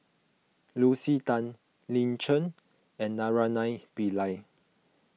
Lucy Tan Lin Chen and Naraina Pillai